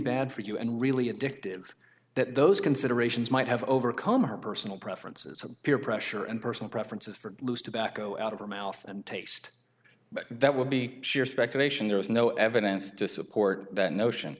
bad for you and really addictive that those considerations might have overcome her personal preferences of peer pressure and personal preferences for loose tobacco out of her mouth and taste but that would be pure speculation there is no evidence to support that notion